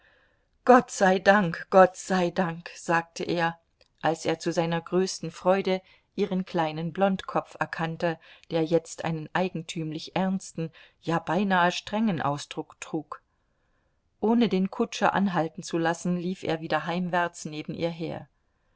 gott sei dank gott sein dank sagte er als er zu seiner größten freude ihren kleinen blondkopf erkannte der jetzt einen eigentümlich ernsten ja beinahe strengen ausdruck trug ohne den kutscher anhalten zu lassen lief er wieder heimwärts neben ihr her